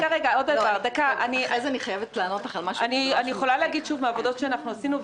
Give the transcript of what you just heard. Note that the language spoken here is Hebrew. אני יכולה להגיד מעבודות שעשינו,